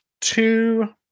two